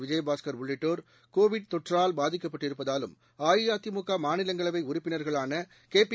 விஜயபாஸ்கள் உள்ளிட்டோர் கோவிட் தொற்றால் பாதிக்கப்பட்டிருப்பதாலும் அஇஅதிமுக மாநிலங்களவை உறுப்பினர்களான கேபி